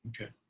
okay